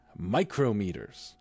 micrometers